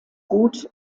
gut